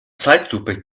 zeitlupe